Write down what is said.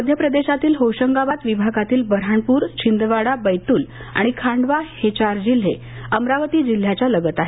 मध्यप्रदेशातील होशंगाबाद विभागातील बऱ्हाणपूर छिंदवाडा बैतूल आणि खांडवा हे चार जिल्हे अमरावती जिल्ह्याच्या लगत आहेत